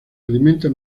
alimentan